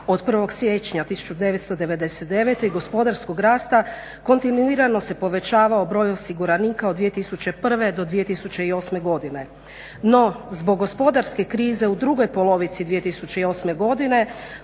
od 1. siječnja 1999. i gospodarskog rasta kontinuirano se povećavao broj osiguranika od 2001. do 2008. godine. No zbog gospodarske krize u drugoj polovici 2008. godine